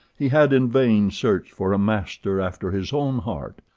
he had in vain searched for a master after his own heart.